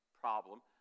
problem